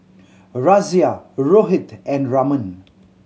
Razia Rohit and Raman